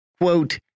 quote